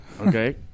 Okay